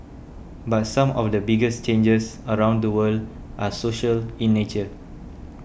but some of the biggest changes around the world are social in nature